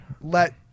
Let